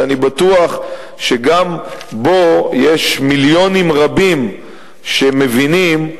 שאני בטוח שגם בו יש מיליונים רבים שמבינים,